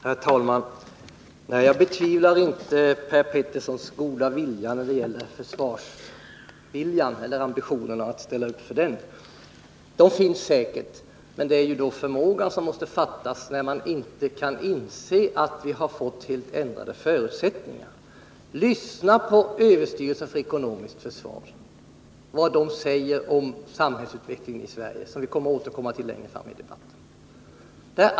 Herr talman! Jag betvivlar inte Per Peterssons goda vilja när det gäller ambitionen att ställa upp för försvaret. Men förmågan måste fattas när man inte kan inse att vi fått helt ändrade förutsättningar. Lyssna på vad överstyrelsen för ekonomiskt försvar säger om samhällsutvecklingen i Sverige! Vi återkommer till detta även längre fram i debatten.